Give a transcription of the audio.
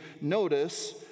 notice